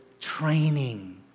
training